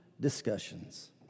discussions